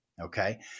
Okay